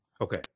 Okay